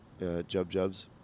jub-jubs